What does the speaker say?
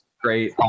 great